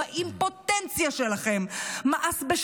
מאס במילים החלולות שלכם,